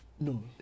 No